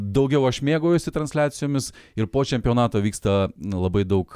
daugiau aš mėgaujuosi transliacijomis ir po čempionato vyksta labai daug